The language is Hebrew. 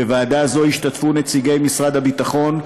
בוועדה זו השתתפו נציגי משרד הביטחון,